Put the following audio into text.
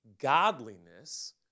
godliness